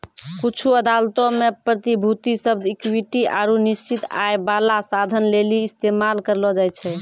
कुछु अदालतो मे प्रतिभूति शब्द इक्विटी आरु निश्चित आय बाला साधन लेली इस्तेमाल करलो जाय छै